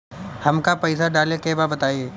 हमका पइसा डाले के बा बताई